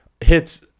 hits